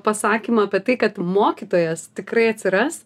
pasakymą apie tai kad mokytojas tikrai atsiras